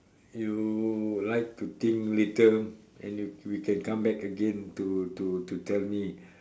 you like to think later and you we can come back again to to to tell me